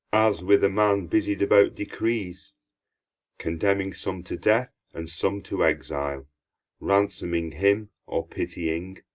as with a man busied about decrees condemning some to death and some to exile ransoming him or pitying,